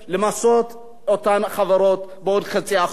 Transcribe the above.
למסות אותן חברות בעוד 0.5%,